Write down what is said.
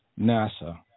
NASA